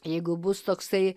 jeigu bus toksai